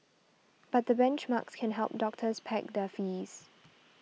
but the benchmarks can help doctors peg their fees